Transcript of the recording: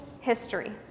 history